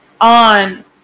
on